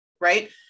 Right